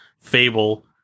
Fable